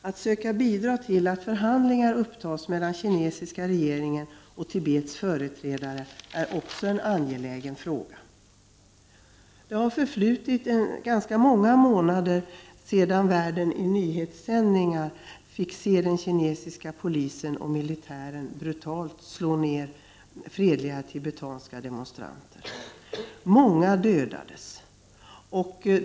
Att söka bidra till att förhandlingar upptas mellan kinesiska regeringen och Tibets företrädare är också en angelägen fråga. Det har förflutit ganska många månader sedan världen i nyhetssändningar fick se den kinesiska polisen och militären brutalt slå ner fredliga tibetanska demonstranter, varav många dödades.